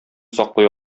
саклый